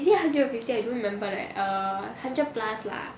is it hundred and fifty I don't remember leh hundred plus lah